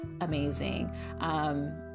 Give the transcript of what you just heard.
amazing